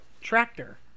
tractor